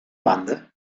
banda